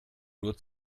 nur